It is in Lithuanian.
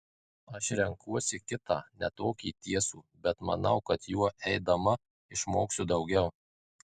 aš renkuosi kitą ne tokį tiesų bet manau kad juo eidama išmoksiu daugiau